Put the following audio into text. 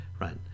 right